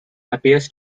appears